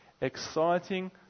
exciting